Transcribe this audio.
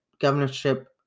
governorship